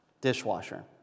dishwasher